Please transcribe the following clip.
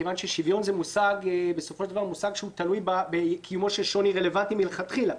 מכיוון ששוויון הוא מושג שתלוי בקיומו של שוני רלוונטי מלכתחילה.